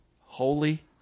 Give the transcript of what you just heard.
Holy